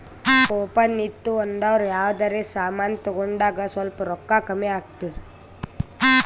coupon ಇತ್ತು ಅಂದುರ್ ಯಾವ್ದರೆ ಸಮಾನ್ ತಗೊಂಡಾಗ್ ಸ್ವಲ್ಪ್ ರೋಕ್ಕಾ ಕಮ್ಮಿ ಆತ್ತುದ್